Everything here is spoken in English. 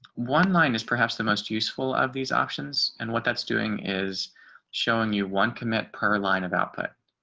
one line is perhaps the most useful of these options and what that's doing is showing you one commit per line of output.